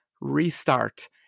Restart